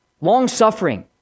long-suffering